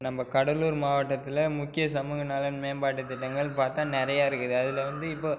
நம்ம கடலூர் மாவட்டத்தில் முக்கிய சமூக நலன் மேம்பாட்டுத் திட்டங்கள் பார்த்தா நிறையா இருக்குது அதில் வந்து இப்போது